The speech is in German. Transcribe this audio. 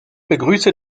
begrüße